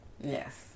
Yes